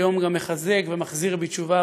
היום הוא גם מחזק ומחזיר בתשובה,